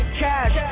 cash